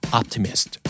optimist